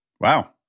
wow